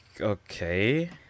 okay